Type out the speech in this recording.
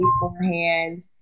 beforehand